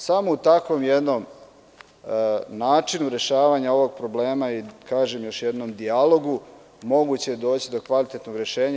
Samo u takvom jednom načinu rešavanja ovog problema i kažem još jednom dijalogu, moguće je doći do kvalitetnog rešenja.